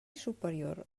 superior